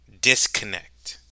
disconnect